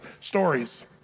stories